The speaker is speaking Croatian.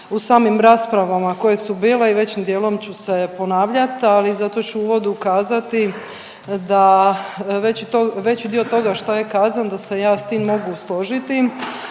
u samim raspravama koje su bile i većim dijelom ću se ponavljati, ali zato ću u uvodu kazati da veći dio toga što je kazano, da se ja s tim mogu složiti,